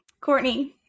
courtney